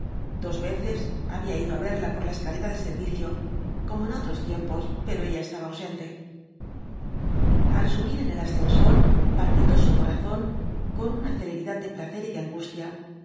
dos veces había ido á verla por la escalera de servicio como en otros tiempos pero ella estaba ausente al subir en el ascensor palpitó su corazón con una celeridad de placer y de angustia